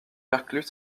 perclus